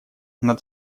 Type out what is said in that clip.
над